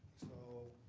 so,